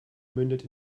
mündet